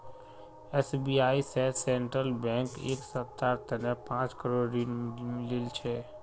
SBI स central bank एक सप्ताहर तने पांच करोड़ ऋण लिल छ